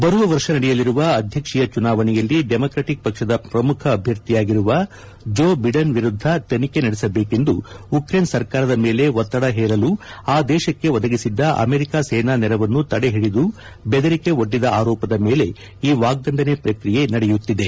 ಬರುವ ವರ್ಷ ನಡೆಯಲಿರುವ ಅಧ್ಯಕ್ಷೀಯ ಚುನಾವಣೆಯಲ್ಲಿ ಡೆಮೊಕ್ರಾಟಿಕ್ ಪಕ್ಷದ ಪ್ರಮುಖ ಅಭ್ಯರ್ಥಿಯಾಗಿರುವ ಜೋ ಬಿಡನ್ ವಿರುದ್ದ ತನಿಖೆ ನಡೆಸಬೇಕೆಂದು ಉಕ್ರೆನ್ ಸರ್ಕಾರದ ಮೇಲೆ ಒತ್ತಡ ಹೇರಲು ಆ ದೇಶಕ್ಕೆ ಒದಗಿಸಿದ್ದ ಅಮೆರಿಕಾ ಸೇನಾ ನೆರವನ್ನು ತಡೆ ಹಿಡಿದು ಬೆದರಿಕೆ ಒಡ್ಡಿದ ಆರೋಪದ ಮೇಲೆ ಈ ವಾಗ್ಗಂಡನೆ ಪ್ರಕ್ರಿಯೆ ನಡೆಯುತ್ತಿದೆ